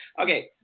okay